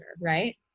right